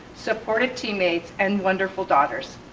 supportive teammates and wonderful daughters.